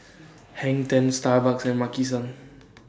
Hang ten Starbucks and Maki San